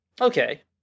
Okay